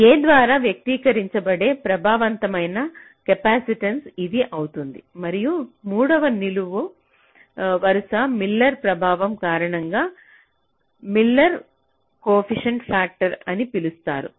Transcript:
A ద్వారా వ్యక్తీకరించబడే ప్రభావవంతమైన కెపాసిటెన్స ఇది అవుతుంది మరియు మూడవ నిలువు వరుసను మిల్లెర్ ప్రభావం కారణంగా మిల్లెర్ కోఎఫిషయంట్ ఫ్యాక్టర్ అని పిలుస్తారు